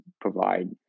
provide